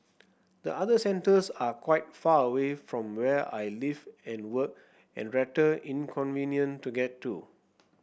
the other centres are quite far away from where I live and work and rather inconvenient to get to